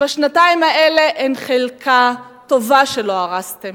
בשנתיים האלה, אין חלקה טובה שלא הרסתם.